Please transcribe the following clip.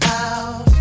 out